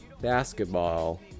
basketball